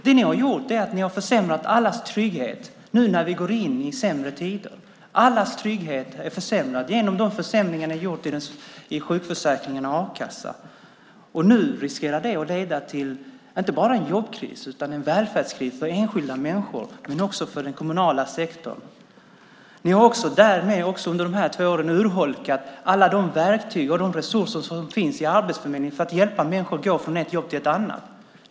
Det ni har gjort är att ni har försämrat allas trygghet när vi nu går in i sämre tider. Allas trygghet är försämrad genom de försämringar ni har gjort i sjukförsäkringen och a-kassan. Nu riskerar det att leda till inte bara en jobbkris utan en välfärdskris för enskilda människor och för den kommunala sektorn. Ni har också där under de gångna två åren urholkat alla de verktyg och resurser som finns i Arbetsförmedlingen för att hjälpa människor att gå från ett jobb till ett annat.